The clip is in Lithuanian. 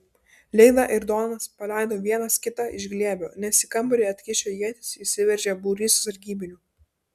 leila ir donas paleido vienas kitą iš glėbio nes į kambarį atkišę ietis įsiveržė būrys sargybinių